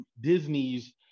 Disney's